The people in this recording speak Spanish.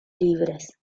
libres